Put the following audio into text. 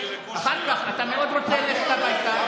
אחר כך אתה מאוד רוצה ללכת הביתה,